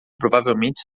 provavelmente